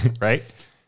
Right